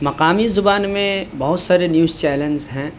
مقامی زبان میں بہت سارے نیوز چیلنس ہیں